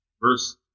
verse